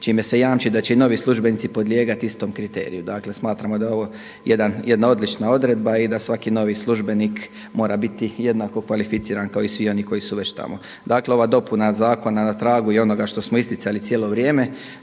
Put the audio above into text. čime se jamči da će i novi službenici podlijegati istom kriteriju. Dakle smatramo da je ovo jedna odlična odredba i da svaki novi službenik mora biti jednako kvalificiran kao i svi oni koji su već tamo. Dakle ova dopuna zakona na tragu je onoga što smo isticali cijelo vrijeme